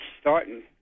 starting